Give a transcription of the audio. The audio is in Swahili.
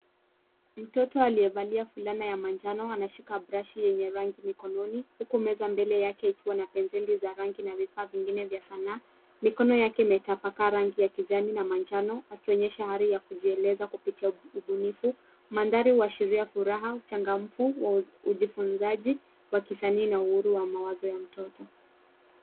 Mtoto aliyevalia fulana ya manjano anashika brashi yenye rangi mkononi huku meza mbele yake ikiwa na penseli za rangi na vifaa vingine vya sanaa. Mikono yake imetapaka rangi ya kijani na manjano, akionyesha hali ya kujieleza kupitia ubunifu. Mandhari uashiria furaha, changamfu wa ujifunzaji wa kisani na uhuru wa mawazo ya mtoto.